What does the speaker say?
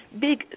big